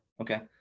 okay